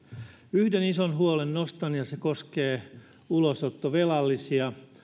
yhden ison huolen nostan ja se koskee ulosottovelallisia